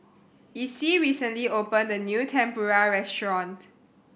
Icie recently opened a new Tempura restaurant